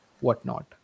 whatnot